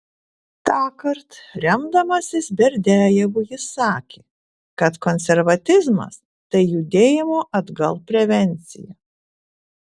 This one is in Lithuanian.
tąkart remdamasis berdiajevu jis sakė kad konservatizmas tai judėjimo atgal prevencija